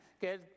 Que